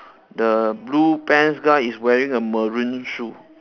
the blue pants guy is wearing a maroon shoe